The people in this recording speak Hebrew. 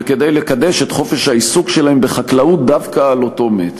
וכדי לקדש את חופש העיסוק שלהם בחקלאות דווקא על אותו מטר.